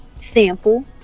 sample